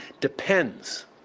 depends